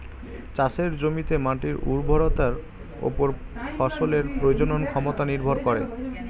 চাষের জমিতে মাটির উর্বরতার উপর ফসলের প্রজনন ক্ষমতা নির্ভর করে